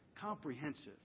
comprehensive